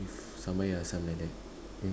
sambal air asam like that you know